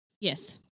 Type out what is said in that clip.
Yes